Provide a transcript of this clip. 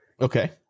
Okay